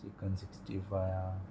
chicken sixty five हा